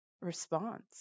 response